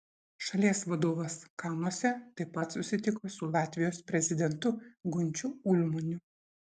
šalies vadovas kanuose taip pat susitiko su latvijos prezidentu gunčiu ulmaniu